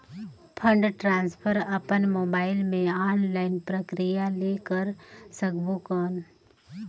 Fund transfer अपन mobile मे online प्रक्रिया ले कर सकबो कौन?